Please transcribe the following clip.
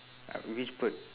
at which part